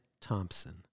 Thompson